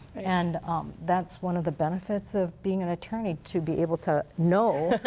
and that's one of the benefits of being an attorney, to be able to know,